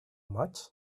much